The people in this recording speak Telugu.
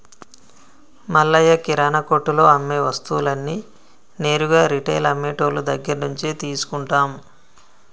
మల్లయ్య కిరానా కొట్టులో అమ్మే వస్తువులన్నీ నేరుగా రిటైల్ అమ్మె టోళ్ళు దగ్గరినుంచే తీసుకుంటాం